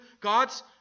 God's